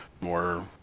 more